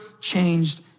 changed